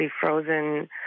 frozen